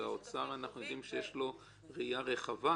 ואנחנו יודעים שלאוצר יש "ראייה רחבה",